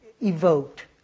evoked